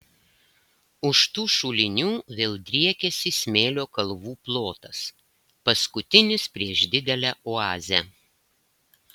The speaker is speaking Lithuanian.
už tų šulinių vėl driekiasi smėlio kalvų plotas paskutinis prieš didelę oazę